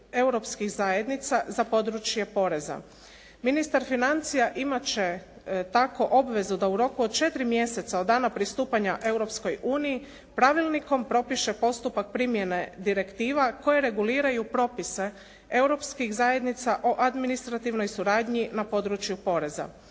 za područje poreza. Ministar financija imati će tako obvezu da u roku od 4 mjeseca od dana pristupanja Europskoj uniji pravilnikom propiše postupak primjene direktiva koje reguliraju propise europskih zajednica o administrativnoj suradnji na području poreza.